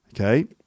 Okay